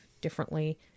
differently